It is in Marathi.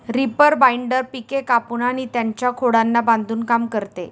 रीपर बाइंडर पिके कापून आणि त्यांच्या खोडांना बांधून काम करते